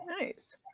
nice